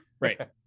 right